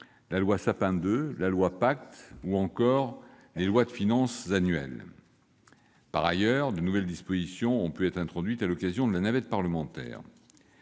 la loi Sapin II, la loi Pacte, ou encore les lois de finances successives. Par ailleurs, de nouvelles dispositions ont pu être introduites à l'occasion de la navette parlementaire.